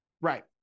Right